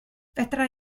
fedra